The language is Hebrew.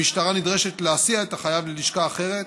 המשטרה נדרשת להסיע את החייב ללשכה אחרת.